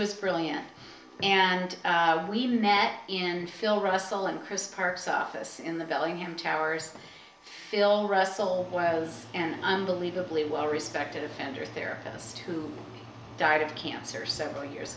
was brilliant and we met and phil russell and chris parks office in the bellingham towers phil russell was an unbelievably well respected offender therapist who died of cancer several years